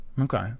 Okay